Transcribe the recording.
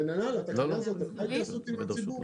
רננה, לתקנה הזאת הייתה התייחסות עם הציבור?